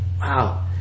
Wow